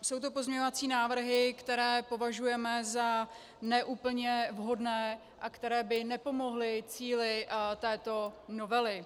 Jsou to pozměňovací návrhy, které považujeme za ne úplně vhodné a které by nepomohly cíli této novely.